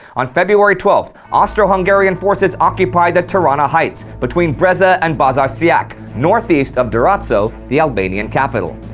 on february twelfth, austro-hungarian forces occupied the tirana heights, between breza and bazar siak, northeast of durazzo, the albanian capital.